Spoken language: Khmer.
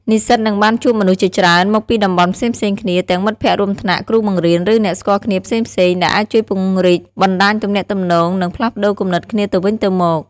និស្សិតនឹងបានជួបមនុស្សជាច្រើនមកពីតំបន់ផ្សេងៗគ្នា ទាំងមិត្តភ័ក្តិរួមថ្នាក់ គ្រូបង្រៀន ឬអ្នកស្គាល់គ្នាផ្សេងៗ ដែលអាចជួយពង្រីកបណ្ដាញទំនាក់ទំនង និងផ្លាស់ប្ដូរគំនិតគ្នាទៅវិញទៅមក។